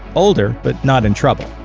older, but not in trouble.